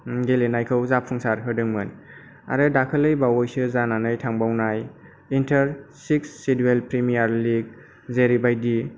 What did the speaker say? गेलेनायखौ जाफुंसार होदोंमोन आरो दाखालै बावयैसो जानानै थांबावनाय inter six schedule premier league जेरैबायदि